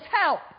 help